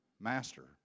master